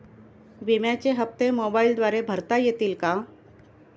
विम्याचे हप्ते मोबाइलद्वारे भरता येतील का?